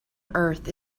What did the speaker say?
earth